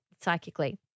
psychically